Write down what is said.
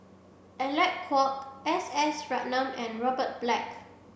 Alec Kuok S S Ratnam and Robert Black